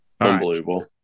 Unbelievable